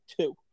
two